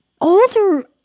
Older